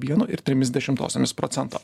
vienu ir trimis dešimtosiomis procento